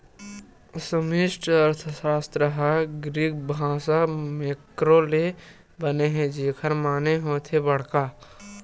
समस्टि अर्थसास्त्र ह ग्रीक भासा मेंक्रो ले बने हे जेखर माने होथे बड़का